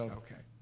okay,